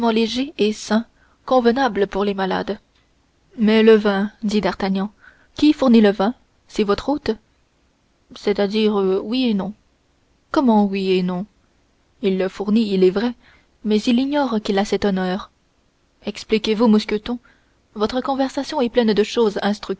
et sains convenables pour des malades mais le vin dit d'artagnan qui fournit le vin c'est votre hôte c'est-à-dire oui et non comment oui et non il le fournit il est vrai mais il ignore qu'il a cet honneur expliquez-vous mousqueton votre conversation est pleine de choses